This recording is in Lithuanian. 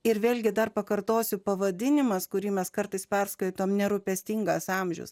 ir vėlgi dar pakartosiu pavadinimas kurį mes kartais perskaitome nerūpestingas amžius